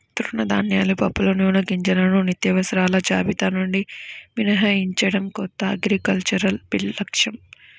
తృణధాన్యాలు, పప్పులు, నూనెగింజలను నిత్యావసరాల జాబితా నుండి మినహాయించడం కొత్త అగ్రికల్చరల్ బిల్లు లక్ష్యం